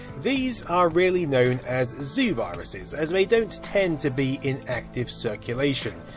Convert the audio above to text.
these are really known as zoo viruses, as they don't tend to be in active circulation.